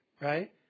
right